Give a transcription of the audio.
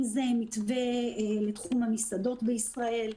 אם זה מתווה בתחום המסעדות בישראל,